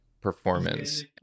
performance